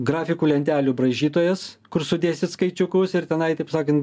grafikų lentelių braižytojas kur sudėsit skaičiukus ir tenai taip sakant